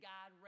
God